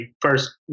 first